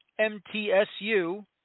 MTSU